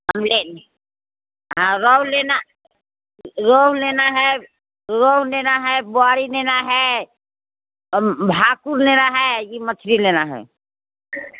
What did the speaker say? हम ले हाँ रोहू लेना रोहू लेना है रोहू लेना है बोआरी लेना है भाखूड़ लेना है यह मछली लेना है